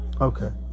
Okay